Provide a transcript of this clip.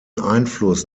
einfluss